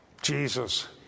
Jesus